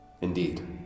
Indeed